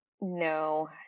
no